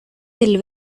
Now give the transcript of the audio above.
del